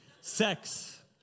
Sex